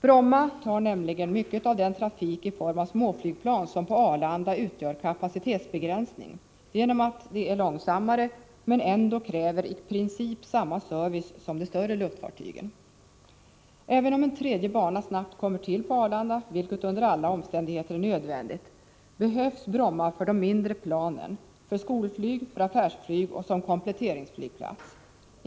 Bromma tar nämligen mycket av den småflygplanstrafik som förorsakar kapacitetsbegränsningar för Arlanda, eftersom småflygplanen är långsammare men ändå kräver i princip samma service som de större luftfartygen. Även om en tredje bana snabbt kommer till på Arlanda, vilket under alla omständigheter är nödvändigt, behövs Bromma för de mindre planen, för skolflyg, för affärsflyg och som kompletteringsflygplats.